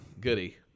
Goody